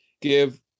give